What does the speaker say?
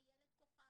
איילת כוכבי,